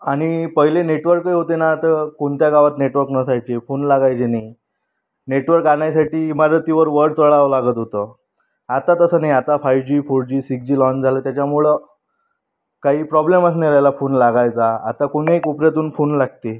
आणि पहिले नेटवर्कही होते ना तर कोणत्या गावात नेटवर्क नसायचे फोन लागायचे नाही नेटवर्क आणायसाठी इमारतीवर वर चढावं लागत होतं आता तसं नाही आता five G four G six G लॉंन झालं त्याच्यामुळं काही प्रॉब्लेमच नाही राहिला फोन लागायचा आता कोण्याही कोपऱ्यातून फोन लागते